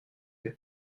eux